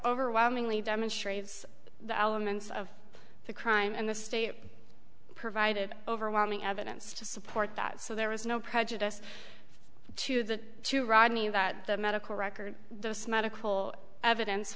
overwhelmingly demonstrates the elements of the crime and the state provided overwhelming evidence to support that so there was no prejudice to that to rodney that the medical record those medical evidence